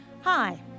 Hi